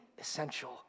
essential